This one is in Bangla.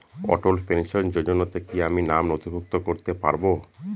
অটল পেনশন যোজনাতে কি আমি নাম নথিভুক্ত করতে পারবো?